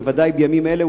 בוודאי בימים אלה,